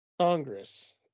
Congress